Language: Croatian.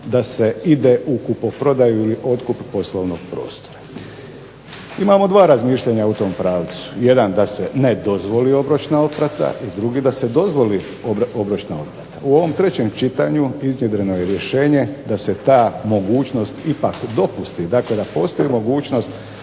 da se ide u kupoprodaju ili otkup poslovnog prostora. Imamo dva razmišljanja u tom pravcu, jedan da se ne dozvoli obročna otplata, i drugi da se dozvoli obročna otplata. U ovom trećem čitanju iznjedreno je rješenje da se ta mogućnost ipak dopusti, dakle da postoji mogućnost